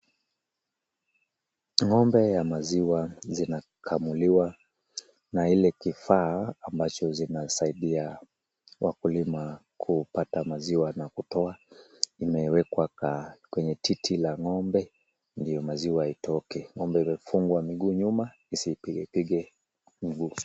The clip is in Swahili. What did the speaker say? Ng'ombe ya maziwa zinakamuliwa na ile kifaa ambacho zinasaidia wakulima kupata maziwa na kutoa, imewekwa kwenye titi la ng'ombe ndio maziwa itoke. Ng'ombe imefungwa miguu nyuma isiipigepige miguu.